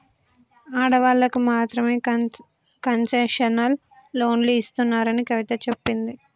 ఆడవాళ్ళకు మాత్రమే కన్సెషనల్ లోన్లు ఇస్తున్నారని కవిత చెప్పింది